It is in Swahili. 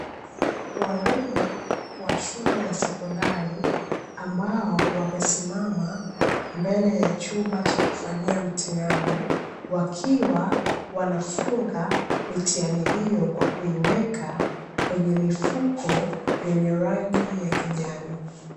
Walimu wa shule ya sekondari ambao wamesimama mbele ya chumba cha kufanyia mitihani, wakiwa wanafunga mitihani hiyo kwa kuiweka kwenye mifuko yenye rangi ya kijani.